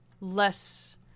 less